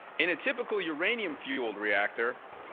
in a typical uranium-fueled reactor,